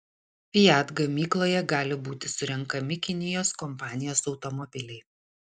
fiat gamykloje gali būti surenkami kinijos kompanijos automobiliai